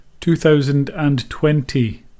2020